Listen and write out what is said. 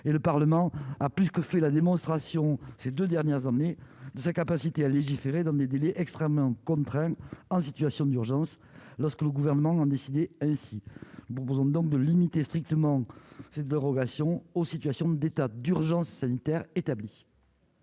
et le Parlement a plus que fait la démonstration, ces 2 dernières années de sa capacité à légiférer dans des délais extrêmement contraint, en situation d'urgence lorsque le gouvernement a décidé ainsi, proposons donc de limiter strictement cette dérogation aux situations d'état d'urgence sanitaire établi.